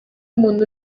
umuntu